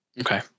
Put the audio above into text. Okay